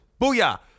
Booyah